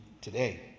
today